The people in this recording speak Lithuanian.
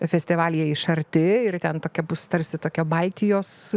festivalyje iš arti ir ten tokia bus tarsi tokia baltijos